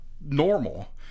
normal